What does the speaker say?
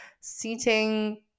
seating